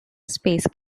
space